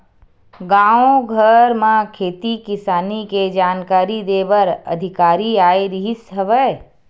गाँव घर म खेती किसानी के जानकारी दे बर अधिकारी आए रिहिस हवय